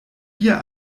bier